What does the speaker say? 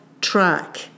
track